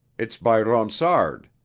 it's by ronsard,